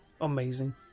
amazing